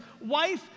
wife